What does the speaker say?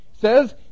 says